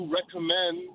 recommend